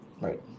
right